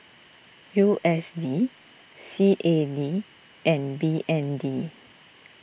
U S D C A D and B N D